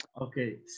Okay